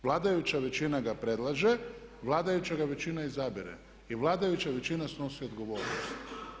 Vladajuća većina ga predlaže, vladajuća ga većina izabire i vladajuća većina snosi odgovornost.